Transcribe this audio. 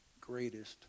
greatest